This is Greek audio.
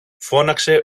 φώναξε